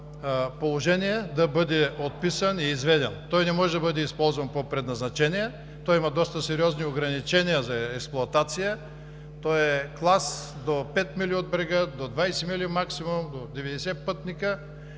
положение да бъде отписан и изведен. Той не може да бъде използван по предназначение, има доста сериозни ограничения за експлоатация. Той е клас до 5 мили от брега, до 20 мили максимум, до 90 пътника